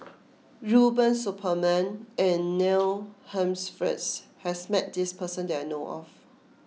Rubiah Suparman and Neil Humphreys has met this person that I know of